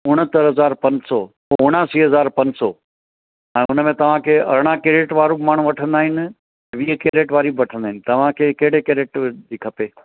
उणहतरि हज़ार पंज सौ ओ उणासी हज़ार पंंज सौ हाणे उनमें तव्हांखे अरिड़हं कैरेट बि वारो माण्हू वठंदा आहिनि वीह कैरेट वारी बि वठंदा आहिनि तव्हांखे कहिड़े कैरेट जी खपे